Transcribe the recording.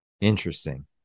Interesting